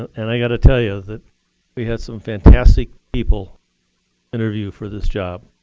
and i gotta tell you that we had some fantastic people interview for this job,